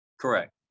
Correct